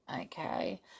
Okay